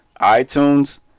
iTunes